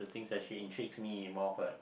things actually intrigues me more of like